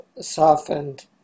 softened